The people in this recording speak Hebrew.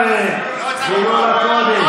וצורחים עליהם, חילול הקודש.